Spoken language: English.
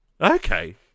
Okay